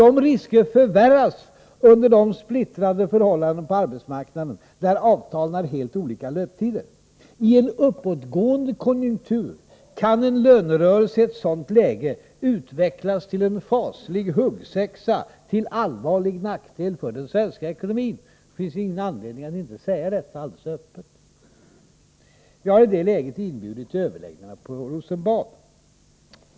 Dessa risker förvärras under de splittrade förhållanden på arbetsmarknaden där avtalen har helt olika löptider. I en uppåtgående konjunktur kan en lönerörelse i ett sådant läge utvecklas till en faslig huggsexa till allvarlig nackdel för den svenska ekonomin. Det finns ingen anledning att inte säga detta alldeles öppet. Vi har i det läget inbjudit till överläggningar på Rosenbad.